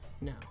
No